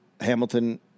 Hamilton